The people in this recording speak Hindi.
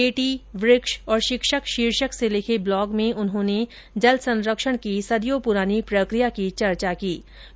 बेटी वृक्ष और शिक्षक शीर्षक से लिखे ब्लॉग में उन्होंने जल संरक्षण की सदियों पुरानी प्रक्रिया की चर्चा की है